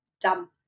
dump